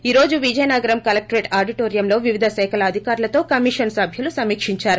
ఈ రోజు విజయనగరం కలక్షరేట్ ఆడిటోరియంలో వివిధ శాఖల అధికారులతో కమిషన్ సభ్యులు సమీక్షించారు